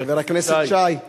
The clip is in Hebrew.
חבר הכנסת שי.